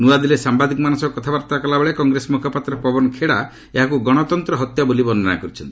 ନୂଆଦିଲ୍ଲୀରେ ସାମ୍ବାଦିକମାନଙ୍କ ସହ କଥାବାର୍ତ୍ତା କଲାବେଳେ କଂଗ୍ରେସ ମ୍ରଖପାତ୍ର ପବନ ଖେଡ଼ା ଏହାକୁ ଗଣତନ୍ତ୍ରର ହତ୍ୟା ବୋଲି ବର୍ଷ୍ଣନା କରିଛନ୍ତି